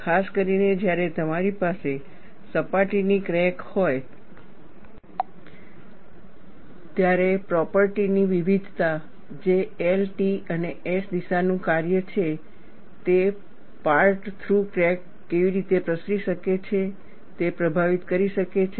ખાસ કરીને જ્યારે તમારી પાસે સપાટીની ક્રેક હોય ત્યારે પ્રોપર્ટી ની વિવિધતા જે L T અને S દિશાનું કાર્ય છે તે પાર્ટ થ્રુ ક્રેક કેવી રીતે પ્રસરી શકે છે તે પ્રભાવિત કરી શકે છે